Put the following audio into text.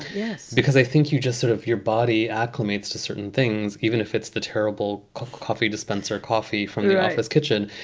yes, because i think you just sort of your body acclimated to certain things, even if it's the terrible coffee coffee dispenser, coffee from the office kitchen.